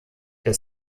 der